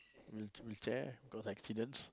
wheelchair 'cause accidents